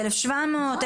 1,700,